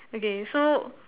okay so